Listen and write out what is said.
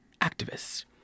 activists